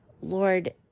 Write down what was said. Lord